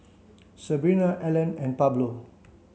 Sebrina Alan and Pablo